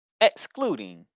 excluding